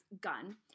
gun